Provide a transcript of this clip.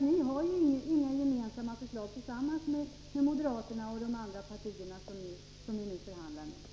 Ni har ju inget gemensamt förslag med moderaterna och de andra partier som ni förhandlar med.